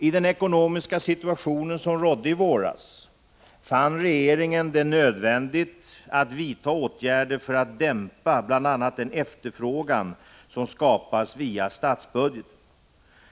I den ekonomiska situation som rådde i våras fann regeringen det nödvändigt att vidta åtgärder för att dämpa bl.a. den efterfrågan som skapas via statsbudgeten.